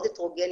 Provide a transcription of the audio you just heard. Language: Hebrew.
מאוד הטרוגני,